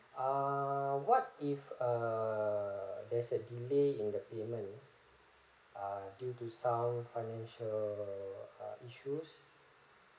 ah what if err there's a delay in the payment ah due to some financial uh issues